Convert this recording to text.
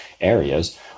areas